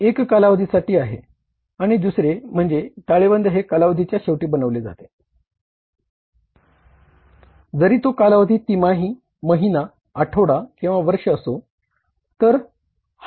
एक कालावधीसाठी आहे आणि दुसरे म्हणजे ताळेबंद हे कालावधीच्या शेवटी बनवले जाते जरी तो कालावधी तिमाही महिना आठवडा किंवा वर्ष असो